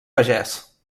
pagès